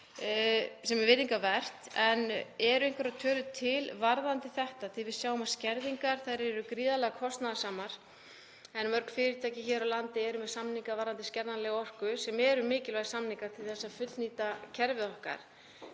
sem er virðingarvert, en eru einhverjar tölur til varðandi þetta? Við sjáum að skerðingar eru gríðarlega kostnaðarsamar en mörg fyrirtæki hér á landi eru með samninga varðandi skerðanlega orku, sem eru mikilvægir samningar til að fullnýta kerfið okkar